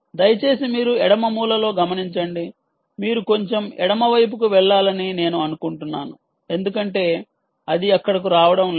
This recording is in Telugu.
దయచేసి మీరు ఎడమ మూలలో గమనించండి మీరు కొంచెం ఎడమ వైపుకు వెళ్లాలని నేను అనుకుంటున్నాను ఎందుకంటే అది అక్కడకు రావడం లేదు